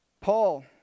Paul